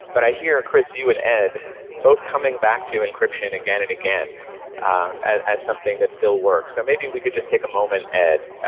but i hear, chris, you and ed both coming back to encryption again and again as something that still works. so maybe we could just take a moment, ed,